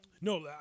No